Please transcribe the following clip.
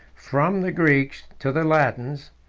from the greeks to the latins,